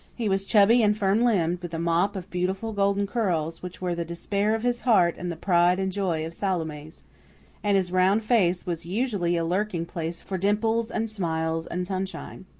he was chubby and firm-limbed, with a mop of beautiful golden curls, which were the despair of his heart and the pride and joy of salome's and his round face was usually a lurking-place for dimples and smiles and sunshine.